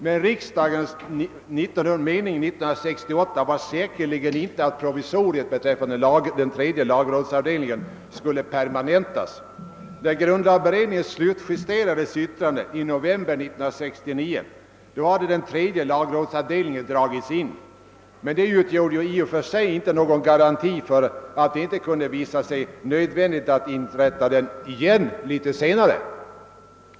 Men riksdagens mening år 1968 var säkerligen inte att provisoriet beträffande den tredje lagrådsavdelningen skulle permanentas. När grundlagberedningen slutjusterade sitt yttrande i november 1969 hade den tredje lagrådsavdelningen dragits in, men det utgjorde i och för sig ingen garanti för att det inte kunde visa sig nödvändigt att senare inrätta den på nytt.